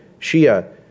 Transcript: Shia